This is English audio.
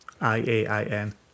I-A-I-N